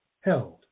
held